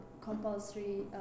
compulsory